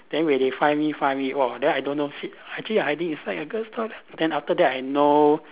then when they finally find me !wah! then I don't know is it actually I hiding inside the girl's toilet then after that I know